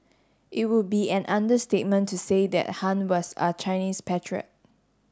it would be an understatement to say that Han was a Chinese patriot